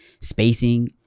spacing